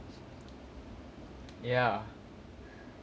ya